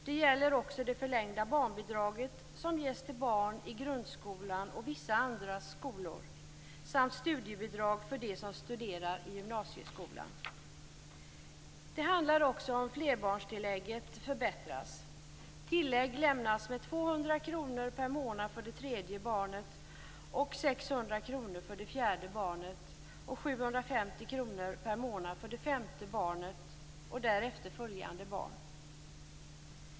Det gäller också det förlängda barnbidraget som ges till barn i grundskolan och vissa andra skolor samt studiebidrag för dem som studerar i gymnasieskolan. Det handlar också om att flerbarnstillägget förbättras. Tillägg lämnas med 200 kr per månad för det tredje barnet, 600 kr för det fjärde barnet och 750 kr per månad för det femte barnet och därefter följande barn.